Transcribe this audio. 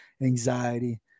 anxiety